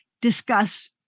discuss